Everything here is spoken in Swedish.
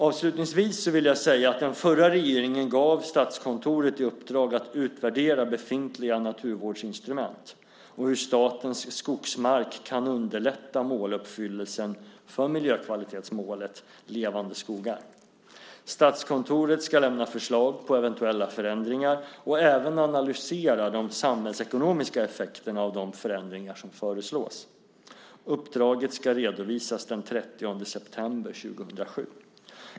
Avslutningsvis vill jag säga att den förra regeringen gav Statskontoret i uppdrag att utvärdera befintliga naturvårdsinstrument och hur statens skogsmark kan underlätta måluppfyllelsen för miljökvalitetsmålet Levande skogar. Statskontoret ska lämna förslag på eventuella förändringar och även analysera de samhällsekonomiska effekterna av de förändringar som föreslås. Uppdraget ska redovisas den 30 september 2007.